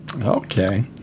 Okay